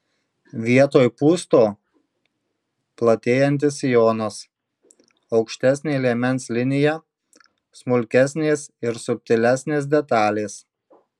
vietoj pūsto platėjantis sijonas aukštesnė liemens linija smulkesnės ir subtilesnės detalės